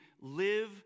live